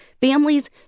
Families